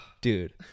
Dude